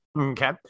Okay